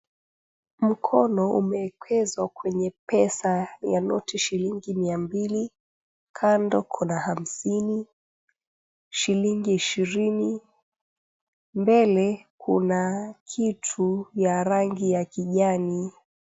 Mkono umewekezwa kwenye pesa ya noti shilingi mia mbili kando kuna hamsini, shilingi ishirini, mbele kuna kitu ya rangi ya kijani.